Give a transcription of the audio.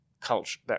culture